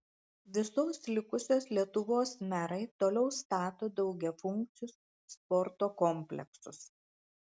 visos likusios lietuvos merai toliau stato daugiafunkcius sporto kompleksus